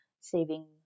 saving